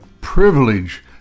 privilege